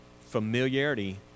Familiarity